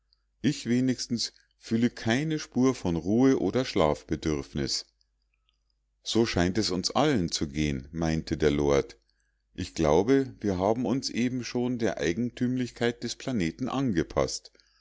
ich wenigstens fühle keine spur von ruhe oder schlafbedürfnis so scheint es uns allen zu gehen meinte der lord ich glaube wir haben uns eben schon der eigentümlichkeit des planeten angepaßt